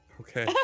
Okay